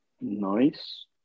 Nice